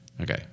Okay